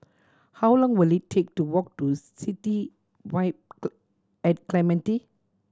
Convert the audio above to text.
how long will it take to walk to City Vibe at Clementi